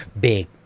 Big